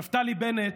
נפתלי בנט